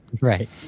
Right